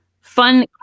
fun